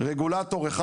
רגולטור אחד,